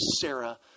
Sarah